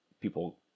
people